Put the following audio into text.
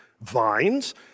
vines